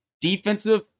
Defensive